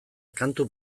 kantu